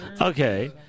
okay